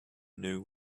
knew